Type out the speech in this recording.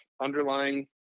underlying